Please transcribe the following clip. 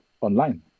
online